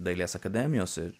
dailės akademijos ir